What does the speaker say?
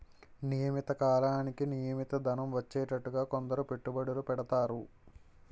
నియమిత కాలానికి నియమిత ధనం వచ్చేటట్టుగా కొందరు పెట్టుబడులు పెడతారు